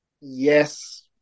yes